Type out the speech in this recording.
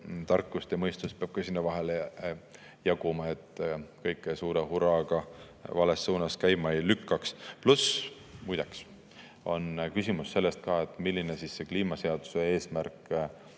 tarkust ja mõistust peab ka sinna vahele jaguma, et kõike suure hurraaga vales suunas käima ei lükkaks. Pluss, muideks, on küsimus selles, milline see kliimaseaduse eesmärkide